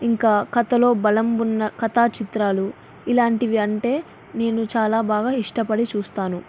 ఇంకా కథలో బలం ఉన్న కథా చిత్రాలు ఇలాంటివి అంటే నేను చాలా బాగా ఇష్టపడి చూస్తాను